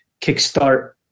kickstart